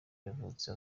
yavutse